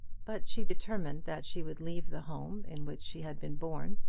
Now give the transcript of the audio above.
but she determined that she would leave the home in which she had been born,